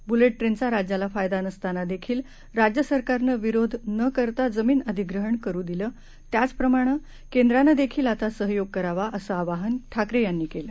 ब्लेट ट्रेनचा राज्याला फायदा नसताना देखील राज्य सरकारनं विरोध न करता जमीन अधिग्रहण करू दिलं त्याच प्रमाणे केंद्रानं देखील आता सहयोग करावा असं आवाहन ठाकरे यांनी केलं